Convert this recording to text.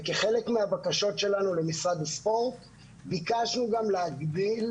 וכחלק מהבקשות שלנו למשרד הספורט ביקשנו גם להגדיל,